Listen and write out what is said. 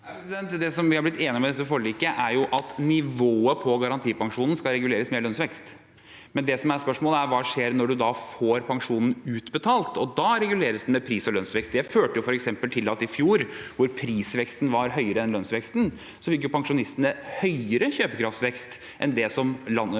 Det vi har blitt enige om gjennom dette forliket, er at nivået på garantipensjonen skal reguleres med lønnsvekst. Med det som er spørsmålet, er: Hva skjer når man da får pensjonen utbetalt? Da reguleres den med pris- og lønnsvekst. Det førte f.eks. til at i fjor, da prisveksten var høyere enn lønnsveksten, fikk pensjonistene høyere vekst i kjøpekraft enn landets